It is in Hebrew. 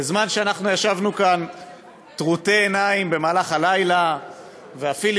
בזמן שאנחנו ישבנו כאן טרוטי עיניים במהלך הלילה והפיליבסטר,